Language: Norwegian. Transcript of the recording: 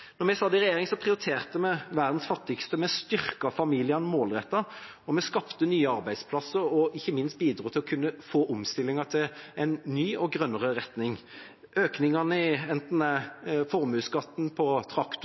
vi satt i regjering, prioriterte vi verdens fattigste, vi styrket familiene målrettet, vi skapte nye arbeidsplasser, og vi bidro ikke minst til å kunne få omstilling til en ny og grønnere retning. Økningen i formuesskatten på